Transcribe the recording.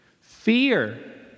fear